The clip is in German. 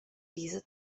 diese